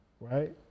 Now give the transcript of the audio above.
right